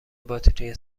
باتری